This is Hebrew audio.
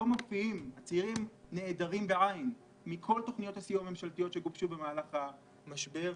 הצעירים נעדרים מכל תוכניות הסיוע הממשלתיות שגובשו במהלך המשבר,